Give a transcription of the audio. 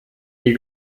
die